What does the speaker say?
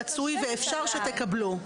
רצוי ואפשר שתקבלו.